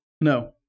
No